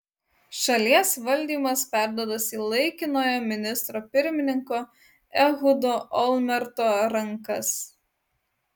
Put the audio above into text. šalies valdymas perduotas į laikinojo ministro pirmininko ehudo olmerto rankas